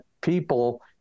people